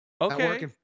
Okay